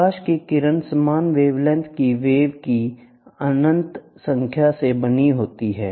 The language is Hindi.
प्रकाश की किरण समान वेवलेंथ की वेव की अनंत संख्या से बनी होती है